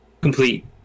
complete